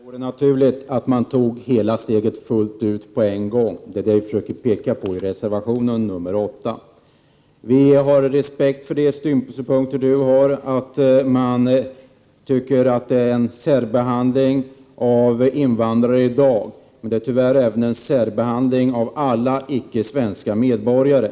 Herr talman! Jag anser att det vore naturligt att man tog steget fullt ut på en gång. Det är detta vi pekar på i reservation 8. Jag har respekt för Håkan Holmbergs synpunkt om att det i dag görs en särbehandling av invandrare. Men det sker tyvärr en särbehandling av alla icke svenska medborgare.